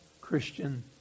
Christian